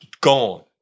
gone